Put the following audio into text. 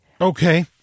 okay